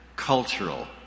cultural